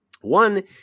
One